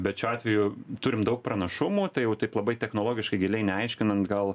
bet šiuo atveju turim daug pranašumų tai jau taip labai technologiškai giliai neaiškinant gal